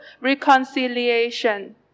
reconciliation